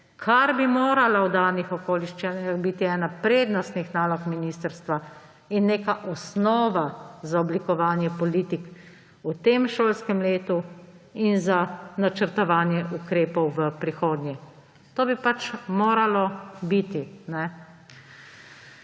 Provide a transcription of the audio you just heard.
kar bi morala v danih okoliščin biti ena prednostnih nalog ministrstva in neka osnova za oblikovanje politik v tem šolskem letu in za načrtovanje ukrepov v prihodnje. To bi pač moralo biti.